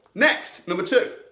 next, number two.